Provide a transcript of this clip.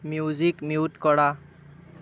music mute কৰা